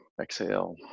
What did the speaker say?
exhale